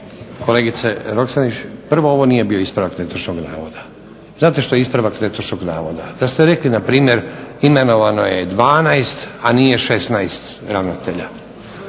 Kolegice Roksandić, prvo ovo nije bio ispravak netočnog navoda. Znate što je ispravak netočnog navoda? Da ste rekli npr. imenovano je 12, a nije 16 ravnatelja.